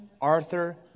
Arthur